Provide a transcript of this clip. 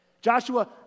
Joshua